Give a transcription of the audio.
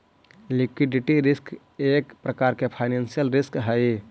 liquidity risk एक प्रकार के फाइनेंशियल रिस्क हई